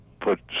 put